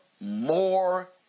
more